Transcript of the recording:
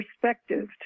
perspective